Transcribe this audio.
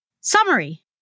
Summary